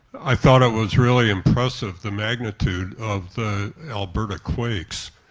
i thought it was really impressive the magnitude of the alberta quakes.